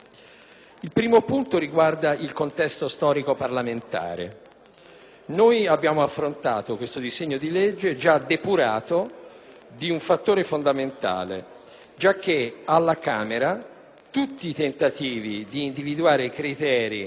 Il primo punto riguarda il contesto storico-parlamentare. Abbiamo affrontato questo disegno di legge già depurato di un fattore fondamentale, giacché presso la Camera dei deputati i tentativi volti ad individuare i criteri